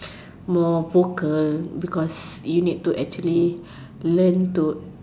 more vocal because you need to actually learn to